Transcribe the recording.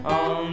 on